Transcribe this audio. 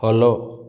follow